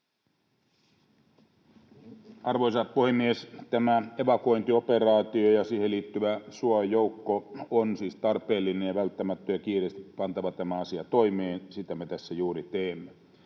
Arvoisa puhemies! Tämä evakuointioperaatio ja siihen liittyvä suojajoukko ovat siis tarpeellisia ja välttämättömiä. Tämä asia on kiireesti pantava toimeen, ja sitä me tässä juuri teemme.